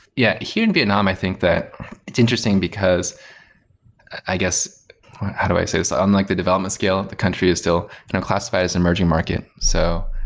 yeah. here in vietnam, i think that it's interesting, because i guess how do i say this? ah unlike the development scale, the country is still classified as an emerging market. so,